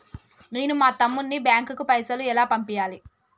నేను మా తమ్ముని బ్యాంకుకు పైసలు ఎలా పంపియ్యాలి?